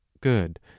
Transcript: good